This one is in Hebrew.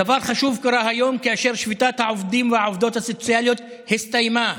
דבר חשוב קרה היום כאשר שביתת העובדים והעובדות הסוציאליות הסתיימה.